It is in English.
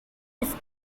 his